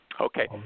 Okay